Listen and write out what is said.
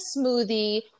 smoothie